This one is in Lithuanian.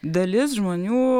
dalis žmonių